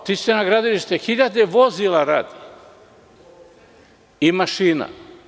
Otiđite na gradilište, hiljade vozila rade, kao i mašine.